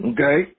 Okay